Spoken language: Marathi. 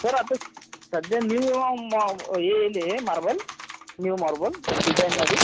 सर आता सध्या न्यू मॉ येईल मार्बल न्यू मॉर्बल डिजाईनमध्ये